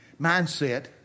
mindset